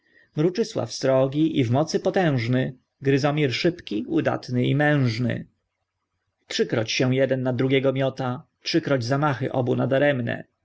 mruczysław srogi i w mocy potężny gryzomir szybki udatny i mężny trzykroć się jeden na drugiego miota trzykroć zamachy oba nadaremne